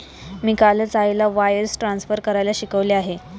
मी कालच आईला wires transfer करायला शिकवले आहे